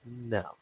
No